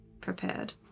prepared